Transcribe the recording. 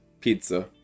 pizza